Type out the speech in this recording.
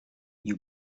you